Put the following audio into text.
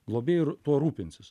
globėju ir tuo rūpinsis